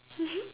mmhmm